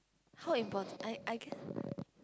how import~ I I guess